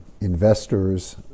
investors